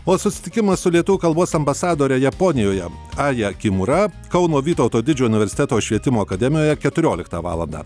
o susitikimas su lietuvių kalbos ambasadore japonijoje aja kimura kauno vytauto didžiojo universiteto švietimo akademijoje keturioliktą valandą